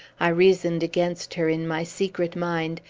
i reasoned against her, in my secret mind,